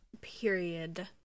period